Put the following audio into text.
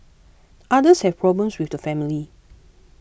others have problems with the family